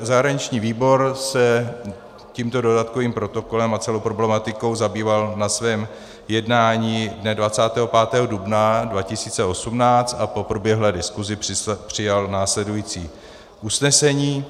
Zahraniční výbor se tímto dodatkovým protokolem a celou problematikou zabýval na svém jednání dne 25. dubna 2018 a po proběhlé diskuzi přijal následující usnesení.